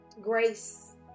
Grace